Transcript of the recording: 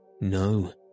No